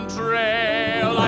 trail